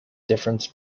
difference